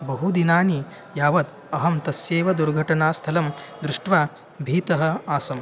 बहुदिनानि यावत् अहं तस्यैव दुर्घटनास्थलं दृष्ट्वा भीतः आसम्